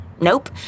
Nope